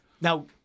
now